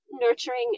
nurturing